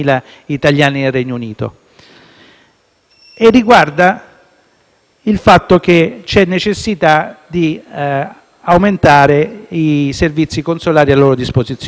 e concerne il fatto che c'è necessità di aumentare i servizi consolari a loro disposizione.